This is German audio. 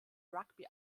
rugby